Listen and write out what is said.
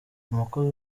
umukozi